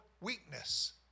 weakness